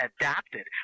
adapted